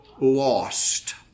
Lost